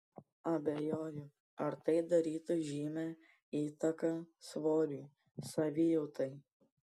abejoju ar tai darytų žymią įtaką svoriui savijautai